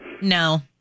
No